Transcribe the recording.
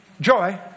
joy